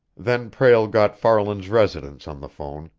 then prale got farland's residence on the telephone,